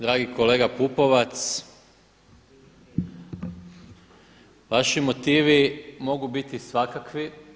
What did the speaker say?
Dragi kolega Pupovac, vaši motivi mogu biti svakakvi.